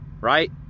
right